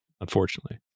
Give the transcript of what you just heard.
Unfortunately